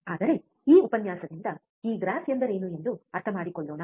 ಆದರೆ ಈ ಉಪನ್ಯಾಸದಿಂದ ಈ ಗ್ರಾಫ್ ಎಂದರೆ ಏನು ಎಂದು ಅರ್ಥಮಾಡಿಕೊಳ್ಳೋಣ